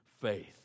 faith